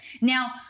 Now